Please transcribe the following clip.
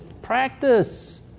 practice